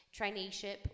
traineeship